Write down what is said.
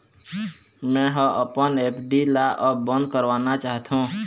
मै ह अपन एफ.डी ला अब बंद करवाना चाहथों